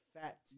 fat